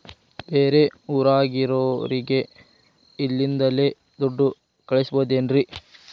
ಬೇರೆ ಊರಾಗಿರೋರಿಗೆ ಇಲ್ಲಿಂದಲೇ ದುಡ್ಡು ಕಳಿಸ್ಬೋದೇನ್ರಿ?